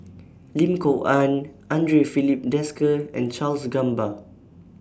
Lim Kok Ann Andre Filipe Desker and Charles Gamba